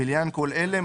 ולעניין כל אחד מאלה,